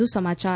વધુ સમાચાર